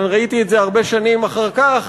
אבל ראיתי את זה הרבה שנים אחר כך,